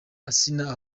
asinah